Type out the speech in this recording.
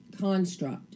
construct